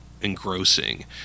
engrossing